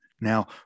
Now